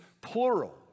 plural